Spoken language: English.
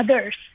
others